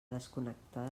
desconnectar